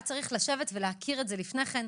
והיה צריך להכיר את זה לפני כן.